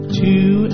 two